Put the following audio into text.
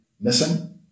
missing